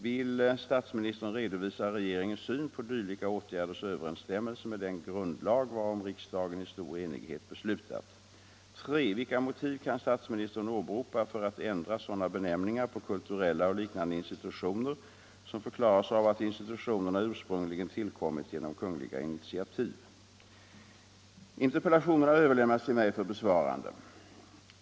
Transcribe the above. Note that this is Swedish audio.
Vill statsministern redovisa regeringens syn på dylika åtgärders överensstämmelse med den grundlag varom riksdagen i stor enighet beslutat? 3. Vilka motiv kan statsministern åberopa för att ändra sådana benämningar på kulturella och liknande institutioner som förklaras av att institutionerna ursprungligen tillkommit genom kungliga initiativ? Interpellationen har överlämnats till mig för besvarande.